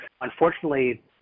Unfortunately